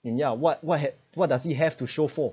in ya what what had what does he have to show for